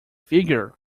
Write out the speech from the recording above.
figure